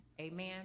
amen